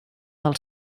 del